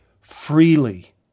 freely